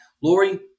Lori